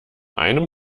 einem